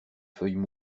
feuilles